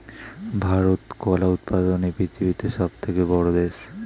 ভারত কলা উৎপাদনে পৃথিবীতে সবথেকে বড়ো দেশ